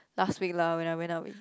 last week lah when I went out with